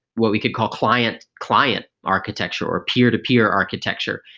what we could call client-client architecture or peer-to-peer architecture.